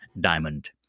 diamond